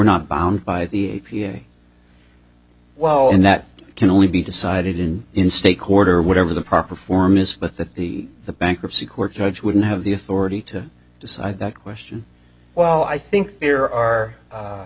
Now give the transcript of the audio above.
not bound by the well and that can only be decided in in state court or whatever the proper form is but that the the bankruptcy court judge wouldn't have the authority to decide that question well i think there are